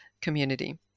community